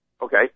Okay